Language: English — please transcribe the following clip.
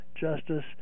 justice